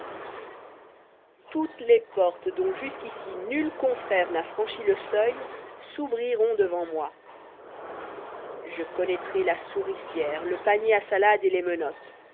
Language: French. toutes les portes dont jusqu'ici nul confrère n'a franchi le seuil s'ouvriront devant moi je connaîtrai la souricière le panier à salade et les menottes